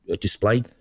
display